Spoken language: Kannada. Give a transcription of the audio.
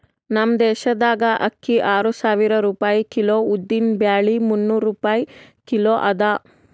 ನಮ್ ದೇಶದಾಗ್ ಅಕ್ಕಿ ಆರು ಸಾವಿರ ರೂಪಾಯಿ ಕಿಲೋ, ಉದ್ದಿನ ಬ್ಯಾಳಿ ಮುನ್ನೂರ್ ರೂಪಾಯಿ ಕಿಲೋ ಅದಾ